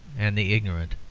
and the ignorant.